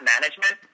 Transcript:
management